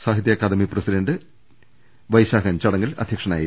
സാഹിത്യ അക്കാദമി പ്രസിഡന്റ് വൈശാഖൻ ചടങ്ങിൽ അധ്യക്ഷനായിരുന്നു